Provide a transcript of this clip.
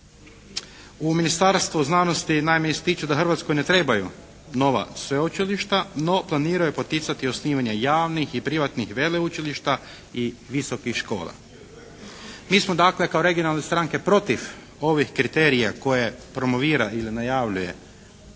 U Ministarstvu znanosti naime ističu da Hrvatskoj ne trebaju nova sveučilišta no planiraju poticati osnivanje javnih i privatnih veleučilišta i visokih škola. Mi smo dakle kao regionalne stranke protiv ovih kriterija koje promovira ili najavljuje ovo